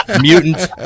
mutant